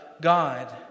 God